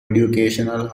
educational